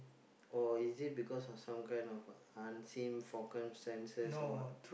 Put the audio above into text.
or is it because of some kind of unseen circumstances or what